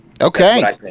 Okay